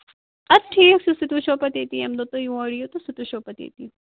اَدٕ ٹھیٖک چھُ سُہ تہِ وُچھو پَتہٕ ییٚتی ییٚمہِ دۄہ تُہۍ یور یِیِو تہٕ سُہ تہِ وُچھو پَتہٕ ییٚتی